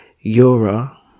Yura